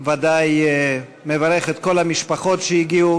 אני בוודאי מברך את כל המשפחות שהגיעו